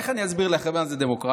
איך אני אסביר לכם מה זה דמוקרטיה?